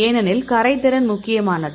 ஏனெனில் கரைதிறன் முக்கியமானது